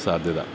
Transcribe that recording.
സാധ്യത